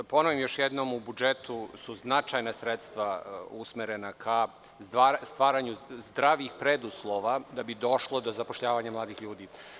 Da ponovim još jednom, u budžetu su značajna sredstva usmerena ka stvaranju zdravih preduslova, da bi došlo do zapošljavanja mladih ljudi.